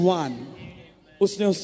one